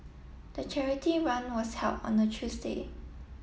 the charity run was held on a Tuesday